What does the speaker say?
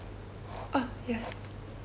ah ya